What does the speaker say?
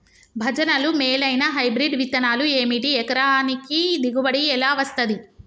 భజనలు మేలైనా హైబ్రిడ్ విత్తనాలు ఏమిటి? ఎకరానికి దిగుబడి ఎలా వస్తది?